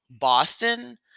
Boston